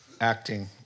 acting